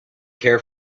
care